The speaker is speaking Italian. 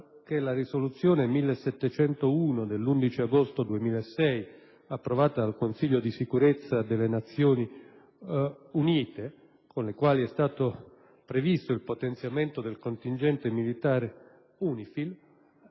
della risoluzione 1701 dell'11 agosto 2006, approvata dal Consiglio di sicurezza delle Nazioni Unite, con la quale è stato previsto il potenziamento del contingente militare UNIFIL,